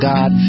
God